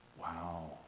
Wow